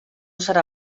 serà